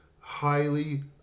highly